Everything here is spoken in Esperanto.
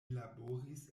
laboris